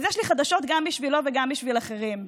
אז יש לי חדשות גם בשבילו וגם בשביל אחרים: